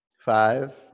Five